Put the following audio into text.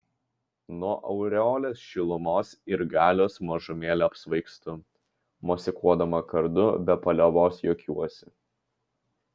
nuo aureolės šilumos ir galios mažumėlę apsvaigstu mosikuodama kardu be paliovos juokiuosi